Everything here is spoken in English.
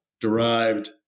derived